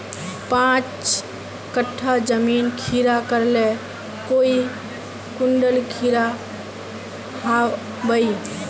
पाँच कट्ठा जमीन खीरा करले काई कुंटल खीरा हाँ बई?